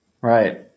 right